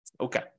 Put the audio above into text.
Okay